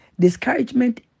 Discouragement